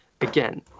again